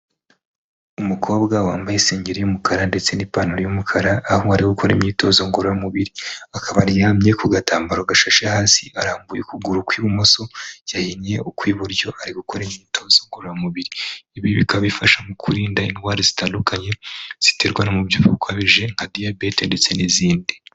umukobwa wambaye isengeri y'umukara ndetse n'ipantaro y'umukara, aho ari gukora imyitozo ngororamubiri akaba aryamye ku gatambaro gashashe hasi, arambuye ukuguru ku ibumoso yahinnye ukw'iburyo ari gukora imyitozo ngororamubiri, ibi bikaba bifasha mu kurinda indwara zitandukanye ziterwa n'umubyiho ukabije nka Diabete ndetse n'izindi.